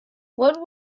what